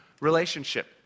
relationship